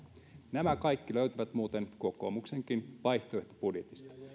nämä kaikki keinot löytyvät muuten kokoomuksenkin vaihtoehtobudjetista